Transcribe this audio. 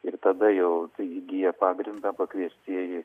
ir tada jau įgyja pagrindą pakviestieji